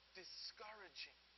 discouraging